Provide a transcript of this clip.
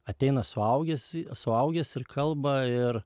ateina suaugęs suaugęs ir kalba ir